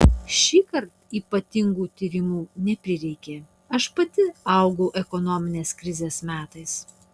šįkart ypatingų tyrimų neprireikė aš pati augau ekonominės krizės metais